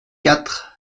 quatre